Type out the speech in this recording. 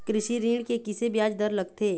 कृषि ऋण के किसे ब्याज दर लगथे?